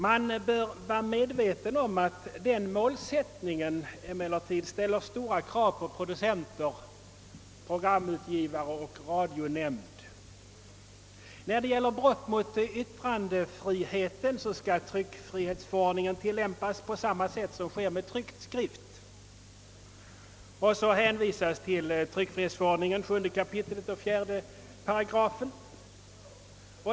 Man bör vara medveten om att denna målsättning emellertid ställer stora krav på producenter, programutgivare och radionämnd. När det gäller brott mot yttrandefriheten skall tryckfrihetsförordningen tillämpas på samma sätt som sker med tryckt skrift, och det hänvisas till tryckfrihetsförordningens 7 kap. 4 8.